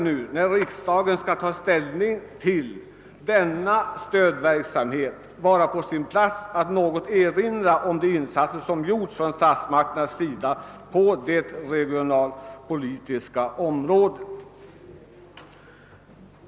När riksdagen nu skall ta ställning till denna verksamhet kan det vara på sin plats att något erinra om de insatser som gjorts av statsmakterna på det regionalpolitiska området.